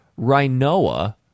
Rhinoa